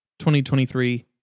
2023